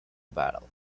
battle